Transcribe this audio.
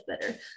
better